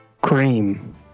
cream